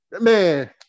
man